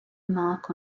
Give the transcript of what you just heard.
mark